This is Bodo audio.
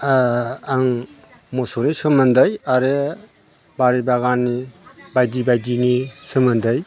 आं मोसौनि सोमोन्दै आरो बारि बागाननि बायदि बायदिनि सोमोन्दै